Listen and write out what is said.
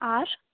আর